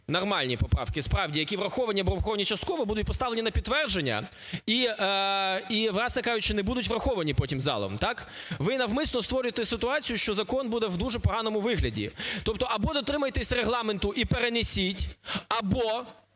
нормальні поправки справді, які враховані або враховані частково, будуть поставлені на підтвердження і, власне кажучи, не будуть потім залом, так. Ви навмисно створюєте ситуацію, що закон буде в дуже поганому вигляді. Тобто або дотримуйтесь Регламенту і перенесіть, або я...